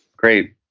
great.